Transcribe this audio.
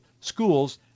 schools